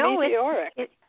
meteoric